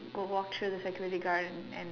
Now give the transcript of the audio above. go walk through the security guard and and